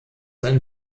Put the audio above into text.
ein